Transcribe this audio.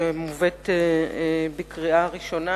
שמובאת לקריאה ראשונה,